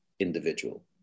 individual